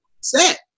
Set